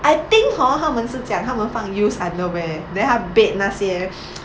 I think hor 她们是讲她们放 used underwear then 她 bait 那些